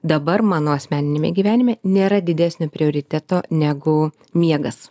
dabar mano asmeniniame gyvenime nėra didesnio prioriteto negu miegas